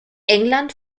england